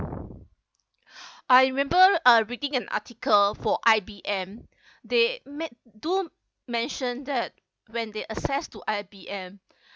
I remember uh reading an article for I_B_M they men~ do mention that when they assess to I_B_M